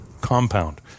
compound